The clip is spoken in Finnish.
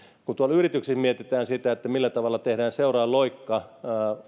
kun yrityksissä mietitään sitä millä tavalla tehdään seuraava loikka